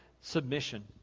submission